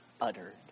uttered